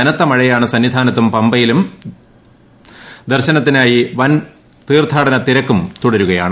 കനത്ത മഴയാണ് സന്നിധാനത്തും പമ്പയിലും ദർശനത്തിനായി വൻ തീർത്ഥാടന തിരക്ക് തുടരുകയാണ്